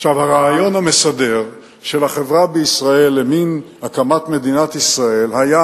הרעיון המסדר של החברה בישראל למן הקמת מדינת ישראל היה